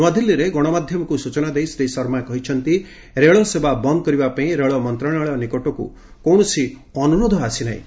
ନ୍ତଆଦିଲ୍ଲୀରେ ଗଣମାଧ୍ୟମକୁ ସୂଚନା ଦେଇ ଶ୍ରୀ ଶର୍ମା କହିଛନ୍ତି ରେଳସେବା ବନ୍ଦ୍ କରିବାପାଇଁ ରେଳ ମନ୍ତ୍ରଣାଳୟ ନିକଟକୁ କୌଣସି ଅନୁରୋଧ ଆସି ନାହିଁ